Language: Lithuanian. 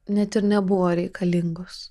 net ir nebuvo reikalingos